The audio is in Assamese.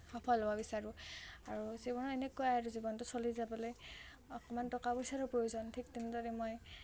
সফল হ'ব বিচাৰোঁ আৰু জীৱনত এনেকুৱাই আৰু জীৱনটো চলি যাবলৈ অকণমান টকা পইচাৰো প্ৰয়োজন ঠিক তেনেদৰে মই